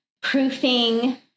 proofing